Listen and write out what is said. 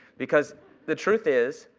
because the truth is,